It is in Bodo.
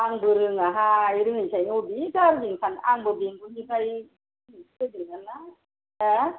आंबो रोङाहाय रोङैखायनो बबे गारिजों थाङो आंबो बेंगलनिफ्राय दिनैसो फैदोंनालाय मा